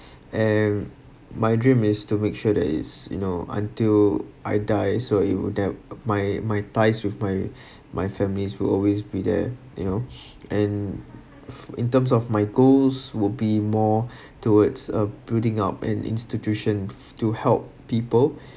and my dream is to make sure that is you know until I die so it will doubt my my ties with my my families who always be there you know and in terms of my goals will be more towards uh building up an institution to help people